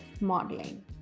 modeling